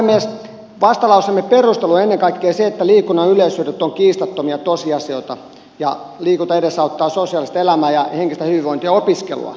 vastalauseemme perustelu on ennen kaikkea se että liikunnan yleishyödyt ovat kiistattomia tosiasioita ja liikunta edesauttaa sosiaalista elämää ja henkistä hyvinvointia ja opiskelua